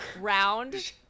round